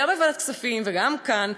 גם בוועדת הכספים וגם כאן,